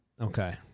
Okay